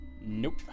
nope